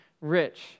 rich